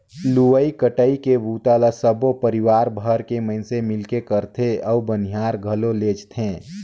लुवई कटई के बूता ल सबो परिवार भर के मइनसे मिलके करथे अउ बनियार घलो लेजथें